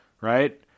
right